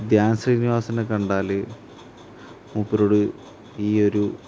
ധ്യാൻ ശ്രീനിവാസനെ കണ്ടാലൽ മൂപ്പരോട് ഈ ഒരു